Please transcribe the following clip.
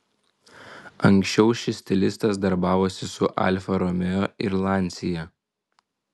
anksčiau šis stilistas darbavosi su alfa romeo ir lancia